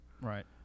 Right